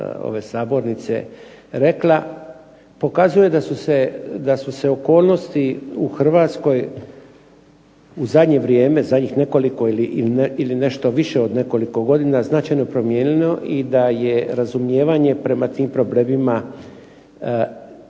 ove sabornice rekla, pokazuje da su se okolnosti u Hrvatskoj u zadnje vrijeme, zadnjih nekoliko ili nešto više od nekoliko godina značajno promijenilo i da je razumijevanje prema tim problemima vrlo,